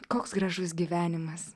koks gražus gyvenimas